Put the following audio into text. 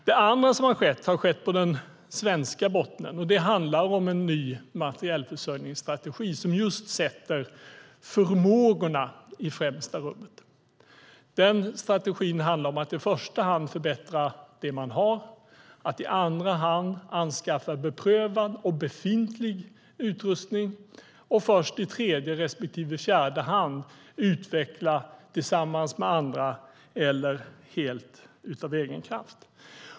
Det andra som har skett har skett på den svenska bottnen, och det handlar om en ny materielförsörjningsstrategi som just sätter förmågorna i främsta rummet. Den strategin handlar om att i första hand förbättra det man har, att i andra hand anskaffa beprövad och befintlig utrustning och först i tredje respektive fjärde hand utveckla tillsammans med andra eller helt av egen kraft.